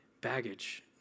baggage